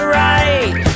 right